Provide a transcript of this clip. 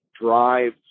drive